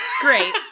Great